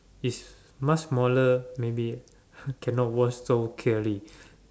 if much smaller maybe cannot watch so clearly